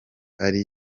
ari